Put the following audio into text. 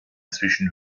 zwischen